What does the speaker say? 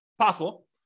possible